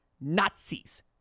Nazis